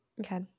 Okay